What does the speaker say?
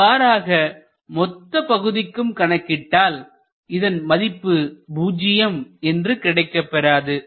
இவ்வாறாக மொத்த பகுதிக்கும் கணக்கிட்டால் இதன் மதிப்பு பூஜ்யம் என்று கிடைக்கப் பெறாது